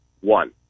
one